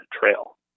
trail